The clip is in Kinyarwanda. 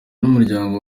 n’umuryango